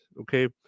okay